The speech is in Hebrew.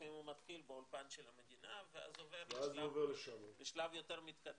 לפעמים הוא מתחיל באולפן של המדינה ואז עובר בשלב יותר מתקדם,